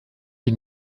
les